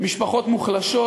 משפחות מוחלשות,